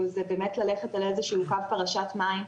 זה באמת ללכת על איזה שהוא קו פרשת מים,